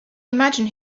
imagine